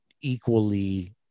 equally